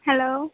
hello